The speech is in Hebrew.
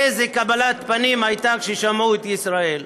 איזו קבלת פנים הייתה כששמעו את ישראל.